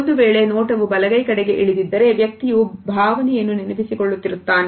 ಒಂದು ವೇಳೆ ನೋಟವು ಬಲಗೈ ಕಡೆಗೆ ಇಳಿದಿದ್ದರೆ ವ್ಯಕ್ತಿಯು ಭಾವನೆಯನ್ನು ನೆನಪಿಸಿಕೊಳ್ಳುತ್ತಿರುತ್ತಾನೆ